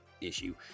issue